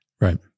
Right